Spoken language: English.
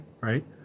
Right